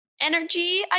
energy